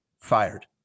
fired